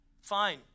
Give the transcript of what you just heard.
Fine